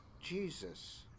Jesus